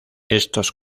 estos